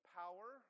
power